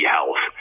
Health